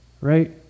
Right